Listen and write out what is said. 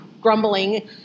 grumbling